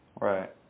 Right